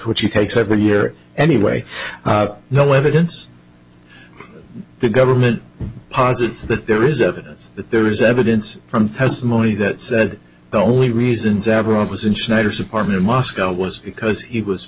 which he takes every year anyway no evidence the government posits that there is evidence that there is evidence from testimony that said the only reasons everyone was in schneider's apartment in moscow was because he was